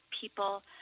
people